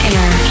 Air